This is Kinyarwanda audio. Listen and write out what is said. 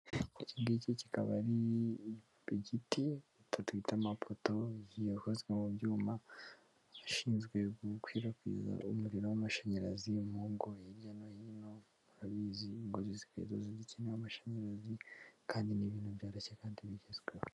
Ikingiki kikaba ari igiti iki twita amapoto akozwe mu byuma ashinzwe gukwirakwiza umuriro w'amashanyarazi mu ngo hirya no hino barabizi ngo zikazuza ndetse n'amashanyarazi kandi ni ibintu byoroshye kandi bigezweho.